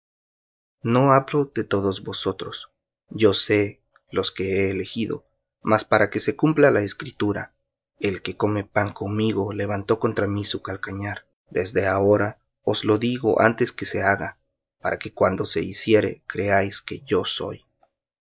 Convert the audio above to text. no hablo de todos vosotros yo sé los que he elegido mas para que se cumpla la escritura el que come pan conmigo levantó contra mí su calcañar desde ahora os lo digo antes que se haga para que cuando se hiciere creáis que yo soy